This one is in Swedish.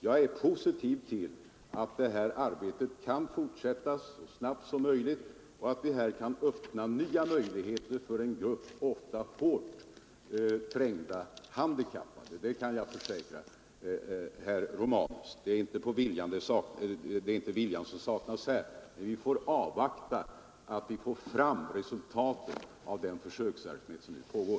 Jag är positiv till att detta arbete kan fortsätta så snabbt som möjligt och att vi kan öppna nya möjligheter för en grupp ofta hårt trängda handikappade. Det kan jag försäkra herr Romanus. Det är inte viljan som saknas, men vi får avvakta resultaten av den försöksverksamhet som nu pågår.